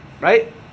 right